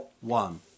One